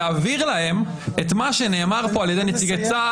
בעניין פריסת תחנות המשטרה והנגישות של תושבים פלסטיניים להגשת תלונות,